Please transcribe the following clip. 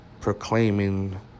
proclaiming